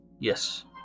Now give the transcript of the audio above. Yes